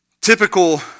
typical